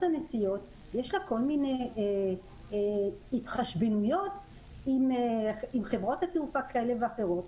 הנסיעות יש כל מיני התחשבנויות עם חברות תעופה כאלה ואחרות.